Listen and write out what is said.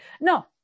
no